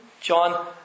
John